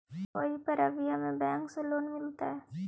कोई परबिया में बैंक से लोन मिलतय?